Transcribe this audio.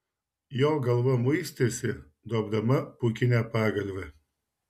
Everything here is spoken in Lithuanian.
jo galva muistėsi duobdama pūkinę pagalvę